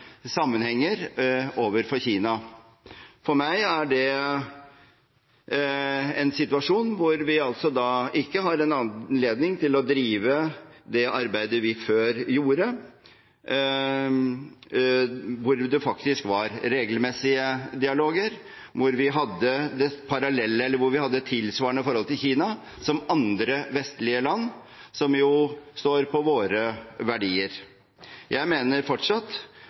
sammenhenger, overfor Kina. For meg er det en situasjon hvor vi altså ikke har en anledning til å drive det arbeidet vi før gjorde, hvor det faktisk var regelmessige dialoger, hvor vi hadde et tilsvarende forhold til Kina som andre vestlige land, som jo står på våre verdier. Jeg mener fortsatt